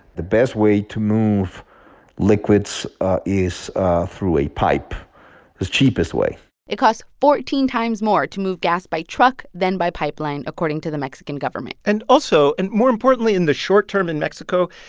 the best way to move liquids is through a pipe the cheapest way it costs fourteen times more to move gas by truck than by pipeline, according to the mexican government and also, and more importantly in the short term in mexico,